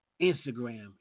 Instagram